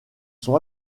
sont